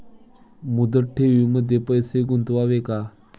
मुदत ठेवींमध्ये पैसे गुंतवावे का?